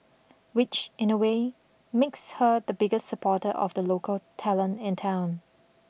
which in a way makes her the biggest supporter of the local talent in town